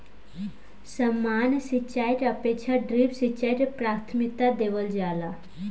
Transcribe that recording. सामान्य सिंचाई के अपेक्षा ड्रिप सिंचाई के प्राथमिकता देवल जाला